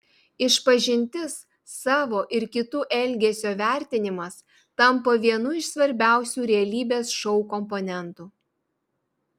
išpažintis savo ir kitų elgesio vertinimas tampa vienu iš svarbiausių realybės šou komponentų